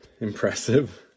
impressive